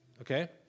okay